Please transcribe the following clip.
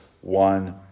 one